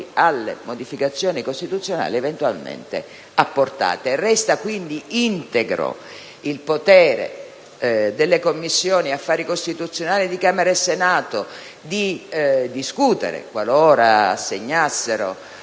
alle modificazioni costituzionali eventualmente apportate. Resta quindi integro il potere delle Commissioni affari costituzionali di Camera e Senato di procedere, qualora assegnassero